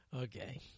Okay